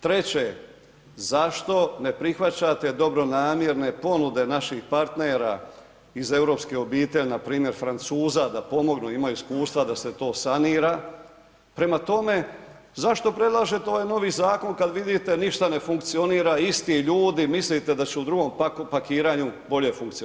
Treće, zašto ne prihvaćate dobronamjerne ponude naših partnera iz europske obitelji, npr. Francuza da pomognu, imaju iskustva da se to sanira, prema tome, zašto predlažete ovaj novi zakon kad vidite, ništa ne funkcionira, isti ljudi, mislite da će u drugom pakiranju bolje funkcionirati?